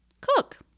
cook